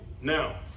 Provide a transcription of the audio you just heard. now